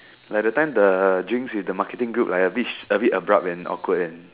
like the time the drinks with the marketing group like a bit shh a bit abrupt and awkward eh